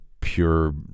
pure